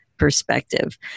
perspective